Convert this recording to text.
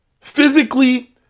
physically